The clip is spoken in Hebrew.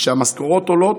כשהמשכורות עולות,